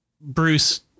Bruce